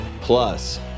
Plus